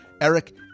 Eric